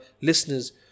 listeners